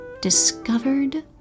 discovered